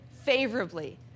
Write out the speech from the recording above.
favorably